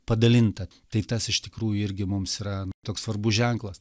padalinta tai tas iš tikrųjų irgi mums yra toks svarbus ženklas